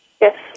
Yes